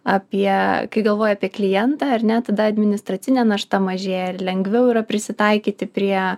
apie kai galvoja apie klientą ar ne tada administracinė našta mažėja ir lengviau yra prisitaikyti prie